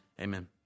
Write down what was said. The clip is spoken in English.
Amen